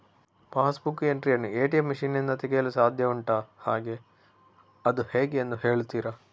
Pass book entry ಯನ್ನು ATM machine ನಿಂದ ತೆಗೆಯಲು ಸಾಧ್ಯ ಉಂಟಾ ಹಾಗೆ ಅದು ಹೇಗೆ ಎಂದು ಹೇಳುತ್ತೀರಾ?